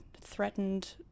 threatened